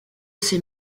ses